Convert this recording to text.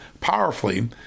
powerfully